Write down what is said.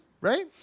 right